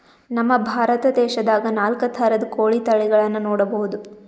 ನಮ್ ಭಾರತ ದೇಶದಾಗ್ ನಾಲ್ಕ್ ಥರದ್ ಕೋಳಿ ತಳಿಗಳನ್ನ ನೋಡಬಹುದ್